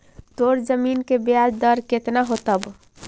तोर जमीन के ब्याज दर केतना होतवऽ?